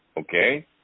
Okay